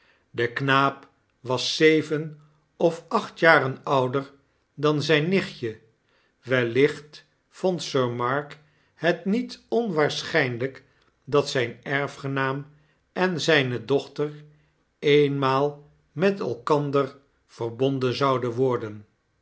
de knaap was zeven of acht jaren ouder dan zyn nichtje wellicht vond sir mark het niet onwaarschynlijk dat zyn erfgenaam en zijne dochter eenmaal met elkander verbonden zouden worden